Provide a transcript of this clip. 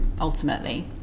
ultimately